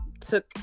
took